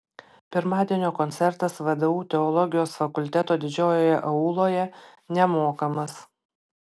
pirmadienio koncertas vdu teologijos fakulteto didžiojoje auloje nemokamas